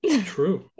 true